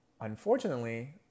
Unfortunately